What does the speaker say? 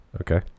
Okay